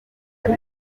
ari